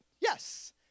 yes